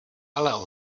ale